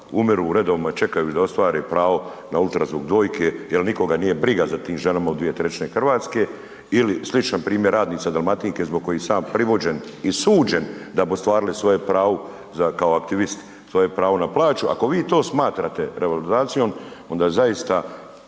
umiru u redovima čekajući da ostvare pravo na ultrazvuk dojke jer nikoga nije briga za tim ženama u 2/3 Hrvatske ili sličan primjer radnice Dalmatinke zbog kojih sam ja privođen i suđen da bi ostvarile svoje pravo kao aktivist svoje pravo na plaću. Ako vi to smatrate revalorizacijom onda zaista